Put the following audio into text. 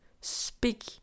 speak